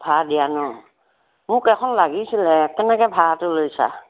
ভাড়া দিয়া ন' মোক এখন লাগিছিলে কেনেকৈ ভাড়াটো লৈছা